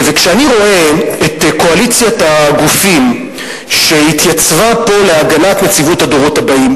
כשאני רואה את קואליציית הגופים שהתייצבה פה להגנת נציבות הדורות הבאים,